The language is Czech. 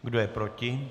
Kdo je proti?